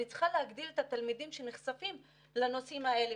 אני צריכה להגדיל את התלמידים שנחשפים לנושאים האלה,